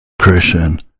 Christian